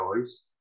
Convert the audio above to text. choice